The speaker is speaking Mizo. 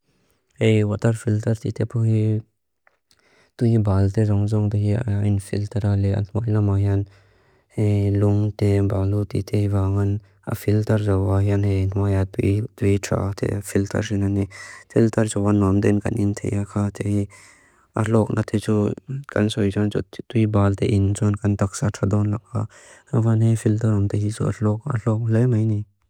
E watar filtar tite puhi tu i balde rung-rung tu i ayn filtar ali at moilam ajan. E lung te balu tite vangan a filtar jawa ayan e nwa yad buitra at filtar sinan e. Filtar jawa nonden kan in te aka te i arlog na te jo kanso i jan jo tu i balde in jon kan taksa chadon laka. Nawan e filtar rung te iso arlog, arlog le maini.